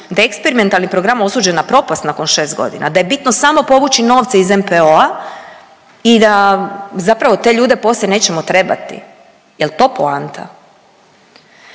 Da eksperimentalni program osuđen na propast nakon 6 godina? Da je bitno samo povući novce iz NPOO-a i da zapravo te ljude poslije nećemo trebati? Je li to poanta?